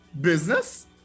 business